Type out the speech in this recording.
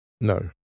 no